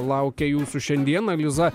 laukia jūsų šiandieną liza